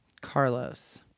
Carlos